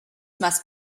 must